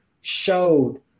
showed